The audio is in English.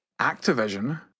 Activision